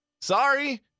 Sorry